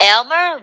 Elmer